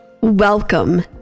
welcome